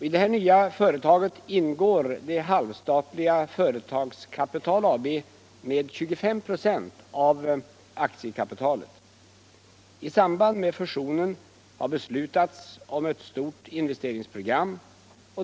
I det nya företaget ingår det halvstatliga Företagskapital AB med 24 "a av aktiekapitalet. I samband med fusionen har beslutats om ett stort investeringsprogram.